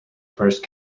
first